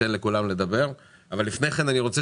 ניתן לכולם לדבר אבל לפני כן אני רוצה